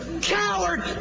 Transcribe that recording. coward